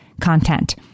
content